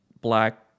black